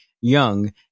young